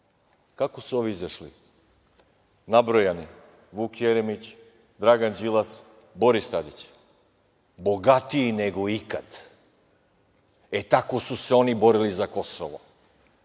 su izašli ovi nabrojani - Vuk Jeremić, Dragan Đilas, Boris Tadić? Bogatiji nego ikad. E, tako su se oni borili za Kosovo,